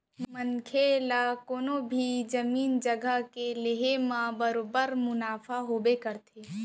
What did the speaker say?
मनसे ला कोनों भी जमीन जघा के लेहे म बरोबर मुनाफा होबे करथे